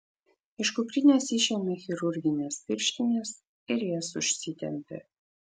iš kuprinės išėmė chirurgines pirštines ir jas užsitempė